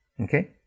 Okay